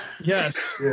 yes